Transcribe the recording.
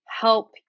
help